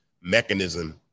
mechanism